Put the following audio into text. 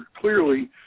Clearly